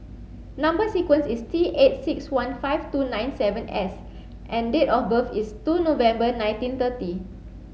number sequence is T eight six one five two nine seven S and date of birth is two November nineteen thirty